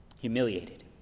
humiliated